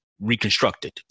reconstructed